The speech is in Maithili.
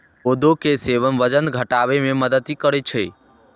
कोदो के सेवन वजन घटाबै मे मदति करै छै